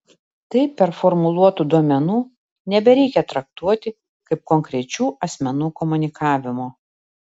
taip performuluotų duomenų nebereikia traktuoti kaip konkrečių asmenų komunikavimo